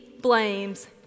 blames